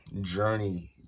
journey